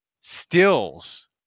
stills